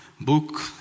book